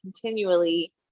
continually